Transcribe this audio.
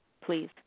please